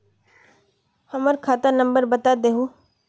हमर खाता नंबर बता देहु?